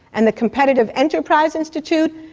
and the competitive enterprise institute?